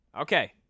Okay